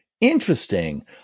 Interesting